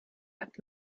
hat